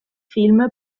film